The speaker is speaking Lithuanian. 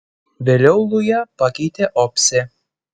vėliau lują pakeitė opsė